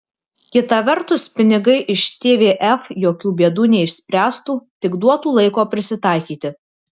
kita vertus pinigai iš tvf jokių bėdų neišspręstų tik duotų laiko prisitaikyti